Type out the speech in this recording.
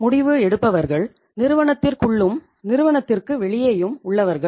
முடிவு எடுப்பவர்கள் நிறுவனத்திற்குள்ளும் நிறுவனத்திற்கு வெளியேயும் உள்ளவர்கள்